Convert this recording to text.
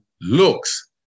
looks